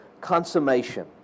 consummation